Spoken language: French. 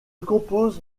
compose